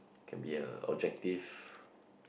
can be a objective